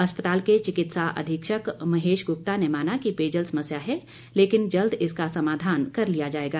अस्पताल के चिकित्सा अधीक्षक महेश गुप्ता ने माना कि पेयजल समस्या है लेकिन जल्द इसका समाधान कर लिया जाएगा